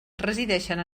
resideixen